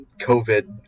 COVID